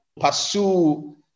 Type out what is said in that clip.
pursue